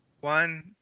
One